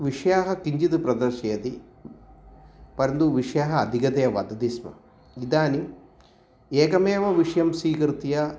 विषयाः किञ्चिद् प्रदर्शयति परन्तु विषयः अधिकतया वदति स्म इदानीम् एकमेव विषयं स्वीकृत्य